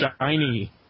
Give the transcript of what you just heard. shiny